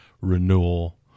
renewal